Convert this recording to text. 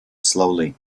slowly